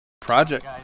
project